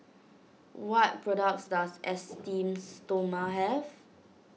what products does Esteem Stoma have